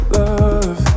love